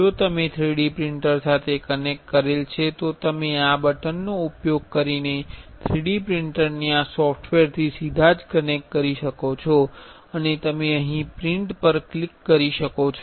જો તમે 3D printer સાથે કનેક્ટ કરેલ છો તો તમે આ બટન નો ઉપયોગ કરીને 3D પ્રિંટરને આ સોફ્ટવેરથી સીધા જ કનેક્ટ કરી શકો છો અને તમે અહીં પ્રિન્ટ પર ક્લિક કરી શકો છો